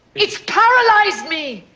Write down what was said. it's paralyzed me!